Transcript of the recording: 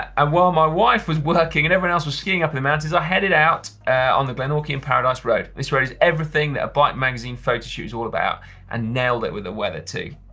and while my wife was working and everyone else was skiing up in the mountains, i headed out on the glenorchy and paradise road. this road is everything that a bike magazine photo shoot is all about and nailed it with the weather too.